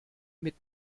mit